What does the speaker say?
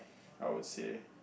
I would say